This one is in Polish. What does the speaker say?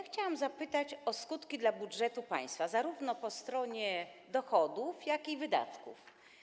Chciałabym zapytać o skutki dla budżetu państwa zarówno po stronie dochodów, jak i wydatków.